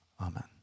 Amen